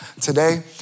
today